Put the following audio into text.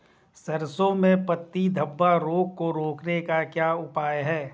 सरसों में पत्ती धब्बा रोग को रोकने का क्या उपाय है?